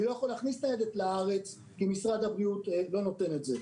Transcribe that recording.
אני לא יכול להכניס ניידת לארץ אם משרד הבריאות לא נותן את זה.